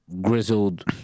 grizzled